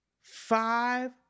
five